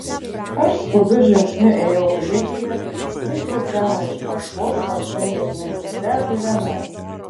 aš skubiu žingsniu ėjau priekyje jis bidzeno iš paskos paskendęs mintyse apie vienatvę